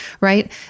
right